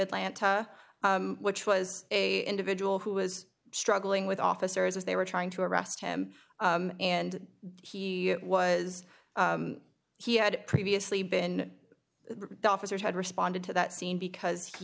atlanta which was a individual who was struggling with officers as they were trying to arrest him and he was he had previously been officers had responded to that scene because he